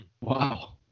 Wow